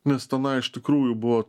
nes tenai iš tikrųjų buvo